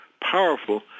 powerful